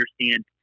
understand